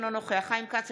אינו נוכח חיים כץ,